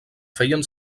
feien